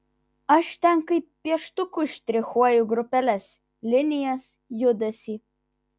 aš ten kaip pieštuku štrichuoju grupeles linijas judesį